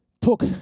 took